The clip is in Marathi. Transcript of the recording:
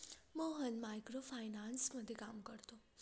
मोहन मायक्रो फायनान्समध्ये काम करतो